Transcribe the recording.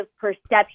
perception